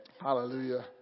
Hallelujah